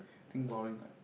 think boring ah